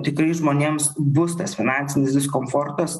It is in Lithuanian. tikrai žmonėms bus tas finansinis diskomfortas